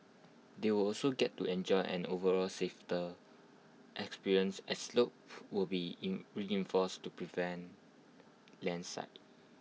they will also get to enjoy an overall experience as slopes will be in reinforced to prevent landslides